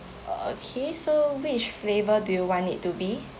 okay so which flavour do you want it to be